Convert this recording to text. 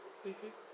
mmhmm